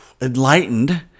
enlightened